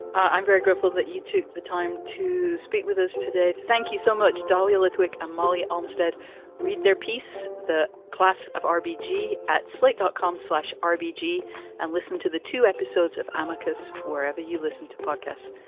i'm very grateful that you took the time to speak with us today. thank you so much. dahlia lithwick and molly almstead read their piece. the class of arbi g at slate dot com slash rpg and listen to the two episodes of amicus wherever you listen to podcast.